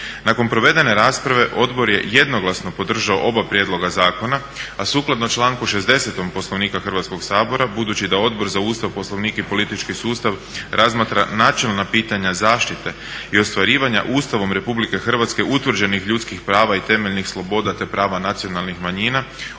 Nakon provedene rasprave odbor je jednoglasno podržao oba prijedloga zakona a sukladno članku 60. Poslovnika Hrvatskoga sabora budući da Odbor za Ustav, poslovnik i politički sustav razmatra načelna pitanja zaštite i ostvarivanja Ustavom RH utvrđenih ljudskih prava i temeljnih sloboda, te prava nacionalnih manjina